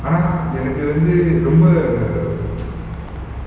ஆனா எனக்கு வந்து ரொம்ப:aana enaku vanthu romba